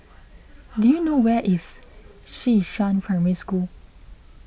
do you know where is Xishan Primary School